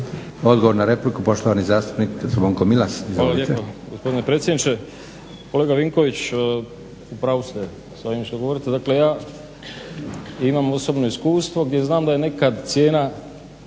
Odgovor na repliku, poštovani zastupnik Zvonko Milas.